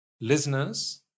listeners